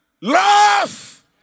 love